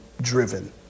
driven